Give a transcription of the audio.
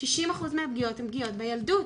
60% מהפניות הן פגיעות בילדות.